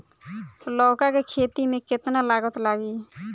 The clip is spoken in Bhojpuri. लौका के खेती में केतना लागत लागी?